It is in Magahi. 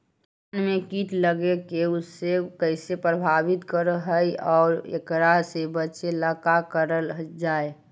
धान में कीट लगके उसे कैसे प्रभावित कर हई और एकरा से बचेला का करल जाए?